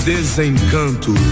desencanto